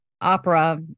opera